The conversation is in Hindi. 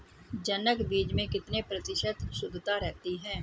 जनक बीज में कितने प्रतिशत शुद्धता रहती है?